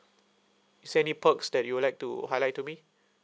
is there any perks that you would like to highlight to me